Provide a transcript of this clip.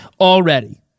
already